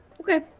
Okay